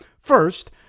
First